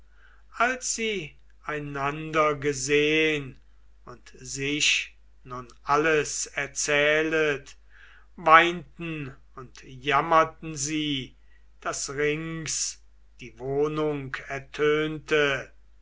als sie einander gesehn und sich nun alles erzählet weinten und jammerten sie daß rings die wohnung ertönte